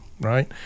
right